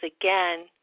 again